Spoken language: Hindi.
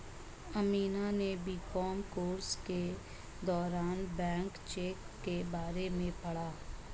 अमीषा ने बी.कॉम कोर्स के दौरान बैंक चेक के बारे में पढ़ा